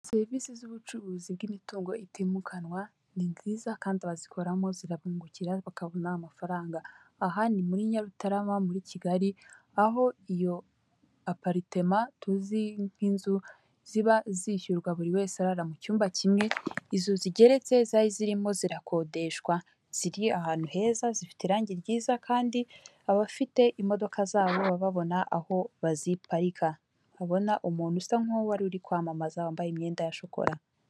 Serivisi z'ubucuruzi bw'imitungo itimukanwa ni nziza kandi abazikoramo zirabangukira bakabona amafaranga aha ni muri Nyarutarama muri Kigali aho iyo aparitema aho tuzi nk'inzu ziba zishyurwa buri wese arara mu cyumba kimwe izo zigeretse zari zirimo zirakodeshwa ziri ahantu heza zifite irangi ryiza kandi abafite imodoka zabo bababona aho baziparika, abona umuntu usa nkuwari uri kwamamaza wambaye imyenda ya shokora.